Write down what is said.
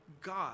God